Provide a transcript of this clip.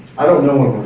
i don't know